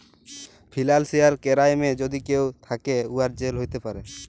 financial কেরাইমে যদি কেউ থ্যাকে, উয়ার জেল হ্যতে পারে